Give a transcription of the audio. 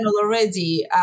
already